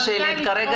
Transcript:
מה ש- -- כרגע,